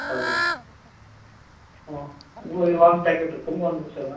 हजुर उयो लन्च प्याकेटहरूको पनि गर्नुपर्छ होला